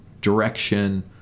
direction